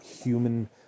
human